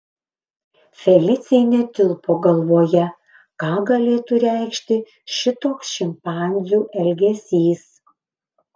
felicijai netilpo galvoje ką galėtų reikšti šitoks šimpanzių elgesys